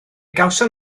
gawson